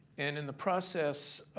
and in the process,